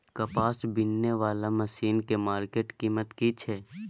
कपास बीनने वाला मसीन के मार्केट कीमत की छै?